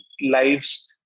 lives